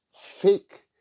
fake